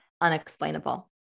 unexplainable